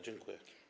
Dziękuję.